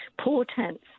portents